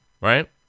Right